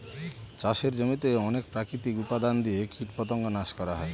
চাষের জমিতে অনেক প্রাকৃতিক উপাদান দিয়ে কীটপতঙ্গ নাশ করা হয়